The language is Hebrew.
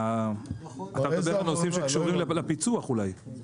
אתה מדבר על נושאים שקשורים לפיצוח אולי?